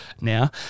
now